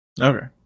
Okay